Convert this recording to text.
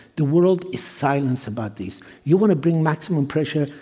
the world is silence about these. you want to bring maximum pressure,